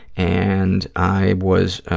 and i was,